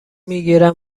میگیرند